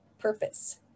purpose